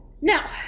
Now